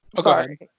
Sorry